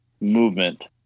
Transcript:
movement